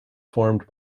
formed